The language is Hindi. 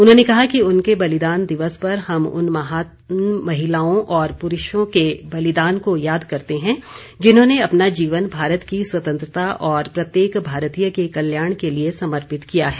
उन्होंने कहा कि उनके बलिदान दिवस पर हम उन महान महिलाओं और पुरुषों के बलिदान को याद करते हैं जिन्होंने अपना जीवन भारत की स्वतंत्रता और प्रत्येक भारतीय के कल्याण के लिए समर्पित किया है